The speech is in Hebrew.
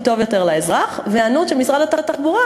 טוב יותר לאזרח ובהיענות של משרד התחבורה,